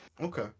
Okay